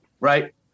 Right